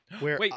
Wait